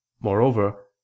Moreover